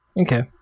Okay